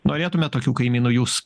norėtumėme tokių kaimynų jūs